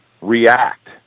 react